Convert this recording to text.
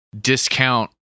discount